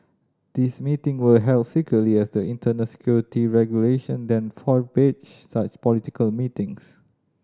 these meeting were held secretly as the internal security regulation then forbade such political meetings